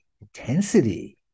intensity